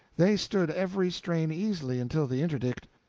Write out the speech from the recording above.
they stood every strain easily until the interdict.